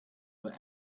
but